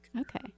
Okay